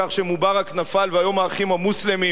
בכך שמובארק נפל והיום "האחים המוסלמים"